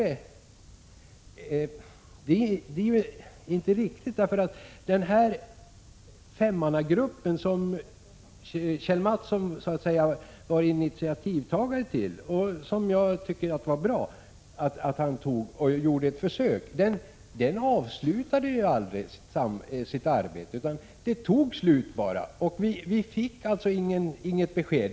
Det är inte riktigt, eftersom femmannagruppen — som Kjell Mattsson så att säga var initiativtagare till, vilket jag tycker var ett bra försök av honom — aldrig avslutade sitt arbete; arbetet tog bara slut. Vi fick således inget besked.